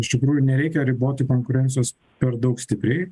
iš tikrųjų nereikia riboti konkurencijos per daug stipriai